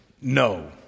No